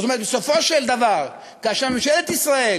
זאת אומרת, בסופו של דבר, כאשר ממשלת ישראל